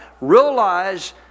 realize